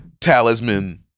talisman